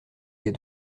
les